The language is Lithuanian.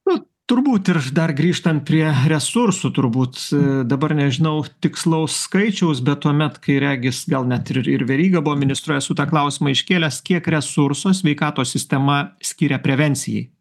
nu turbūt ir dar grįžtant prie resursų turbūt dabar nežinau tikslaus skaičiaus bet tuomet kai regis gal net ir ir veryga buvo ministru esu tą klausimą iškėlęs kiek resursų sveikatos sistema skiria prevencijai